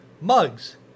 mugs